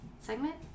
segment